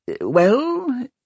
Well